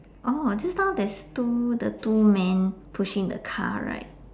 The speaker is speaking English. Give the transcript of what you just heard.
oh just now there's two the two men pushing the car right